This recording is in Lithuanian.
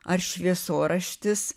ar šviesoraštis